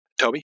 Toby